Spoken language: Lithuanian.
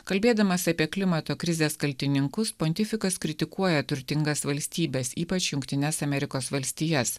kalbėdamas apie klimato krizės kaltininkus pontifikas kritikuoja turtingas valstybes ypač jungtines amerikos valstijas